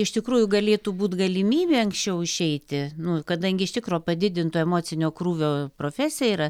iš tikrųjų galėtų būt galimybė anksčiau išeiti nu kadangi iš tikro padidinto emocinio krūvio profesija yra